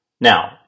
now